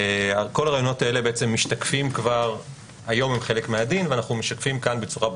כל הרעיונות האלה היום הם חלק מהדין ואנחנו משקפים כאן בצורה ברורה.